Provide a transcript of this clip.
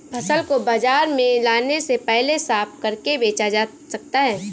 फसल को बाजार में लाने से पहले साफ करके बेचा जा सकता है?